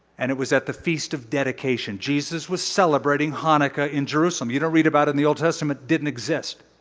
and it was at the feast of dedication. jesus was celebrating hanukkah in jerusalem. you don't read about in the old testament, it didn't exist.